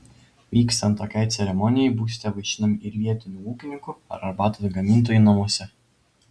vykstant tokiai ceremonijai būsite vaišinami ir vietinių ūkininkų ar arbatos gamintojų namuose